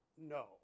no